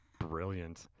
brilliant